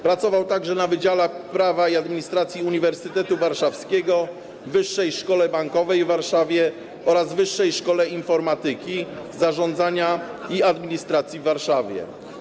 Pracował także na Wydziale Prawa i Administracji Uniwersytetu Warszawskiego, w Wyższej Szkole Bankowej w Warszawie oraz w Wyższej Szkole Informatyki, Zarządzania i Administracji w Warszawie.